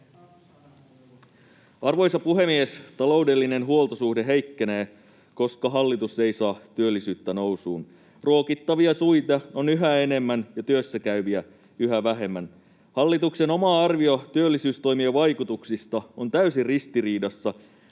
Arvoisa puhemies! Taloudellinen huoltosuhde heikkenee, koska hallitus ei saa työllisyyttä nousuun. Ruokittavia suita on yhä enemmän ja työssäkäyviä yhä vähemmän. Hallituksen oma arvio työllisyystoimien vaikutuksista on täysin ristiriidassa